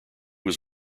was